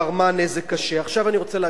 עכשיו אני רוצה להגיד לסיכום העניין: